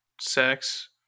sex